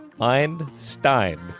Einstein